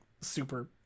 super